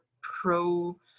pro